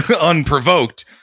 unprovoked